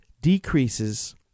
decreases